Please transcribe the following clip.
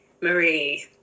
Marie